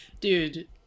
Dude